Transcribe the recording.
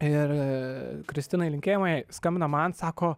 ir kristinai linkėjimai skambina man sako